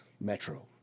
Metro